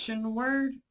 word